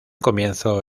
comienzo